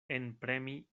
enpremi